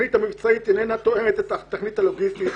התכלית המבצעית אינה תואמת את התכלית הלוגיסטית,